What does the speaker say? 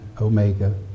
Omega